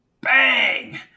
Bang